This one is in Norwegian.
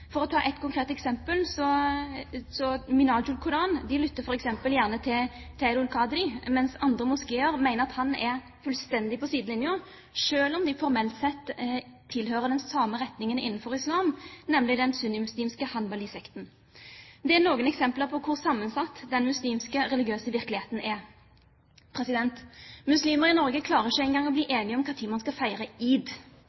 For å ta ett konkret eksempel: Minhaj ul-Quran lytter f.eks. gjerne til Tahir ul-Qadri, mens andre moskeer mener at han er fullstendig på sidelinja, selv om de formelt sett tilhører den samme retningen innen islam, nemlig den sunnimuslimske hanafi-sekten. Dette er noen eksempler på hvor sammensatt den muslimske religiøse virkeligheten er. Muslimer i Norge klarer ikke engang å bli